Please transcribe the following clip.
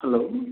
hello